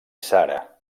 sara